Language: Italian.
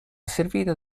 servita